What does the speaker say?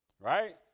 Right